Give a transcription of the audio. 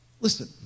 listen